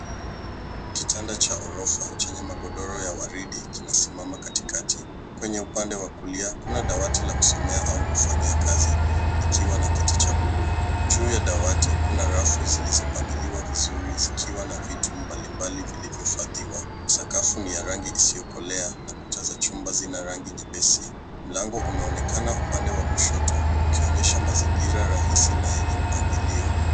Kitanda cha gorofa chenye magodoro ya ua ridi kinasimama katikati. Kwenye upande wa kulia, kuna dawati la kusomea au kufanyia kazi likiwa na kiti cha bluu. Juu ya dawati kuna rafu zilizopangiliwa vizuri zikiwa na vitu mbalimbali vilivyohifadhiwa. Sakafu ni ya rangi isiyokolea na kuta za chumba zina rangi nyepesi. Mlango unaonekana upande wa kushoto ukionyesha mazingira rahisi na yenye mpangilio.